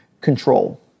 control